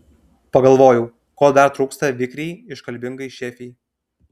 pagalvojau ko dar trūksta vikriai iškalbingai šefei